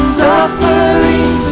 suffering